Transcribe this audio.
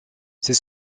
c’est